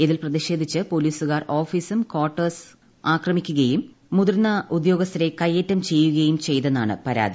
ഇതിൽ പ്രതിഷേധിച്ച് പൊലീസുകാർ ഓഫീസും കാർട്ടേഴ്സ് ആക്രമിക്കുകയും മുതിർന്ന ഉദ്യോഗസ്ഥരെ കൈയ്യേറ്റം ചെയ്യുകയും ചെയ്തെന്നാണ് പരാതി